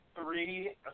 three